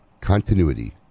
continuity